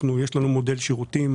יש לנו מודל שירותים.